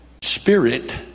spirit